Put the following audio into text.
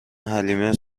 حلیمه